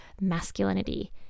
masculinity